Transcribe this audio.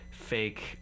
fake